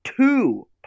two